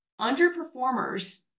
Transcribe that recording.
underperformers